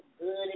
good